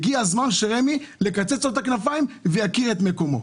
הגיע הזה לקצץ לרמ"י את הכנפיים ויכיר את מקומו.